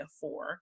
four